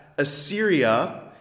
Assyria